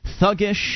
thuggish